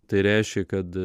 tai reiškia kad